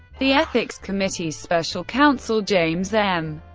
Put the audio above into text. the ethics committee's special counsel james m.